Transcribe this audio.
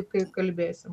kai kalbėsi